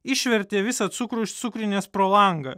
išvertė visą cukrų iš cukrinės pro langą